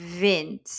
wind